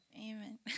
Amen